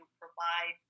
provide